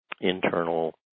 internal